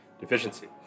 deficiency